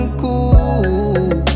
cool